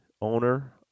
owner